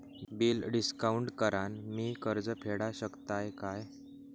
Bill discount करान मी कर्ज फेडा शकताय काय?